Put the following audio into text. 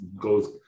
goes